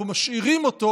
אנחנו משאירים אותו